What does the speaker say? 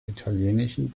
italienischen